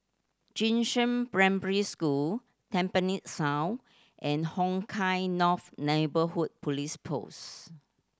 Jing Shan Primary School Tampines South and Hong Kah North Neighbourhood Police Post